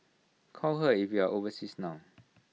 call her if you are overseas now